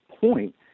point